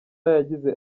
yagize